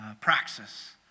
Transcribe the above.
praxis